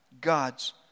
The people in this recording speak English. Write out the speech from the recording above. God's